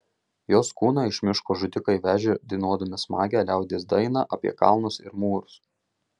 jos kūną iš miško žudikai vežė dainuodami smagią liaudies dainą apie kalnus ir mūrus